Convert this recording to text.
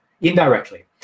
indirectly